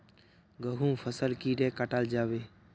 गहुम फसल कीड़े कटाल जाबे?